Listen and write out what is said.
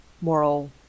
moral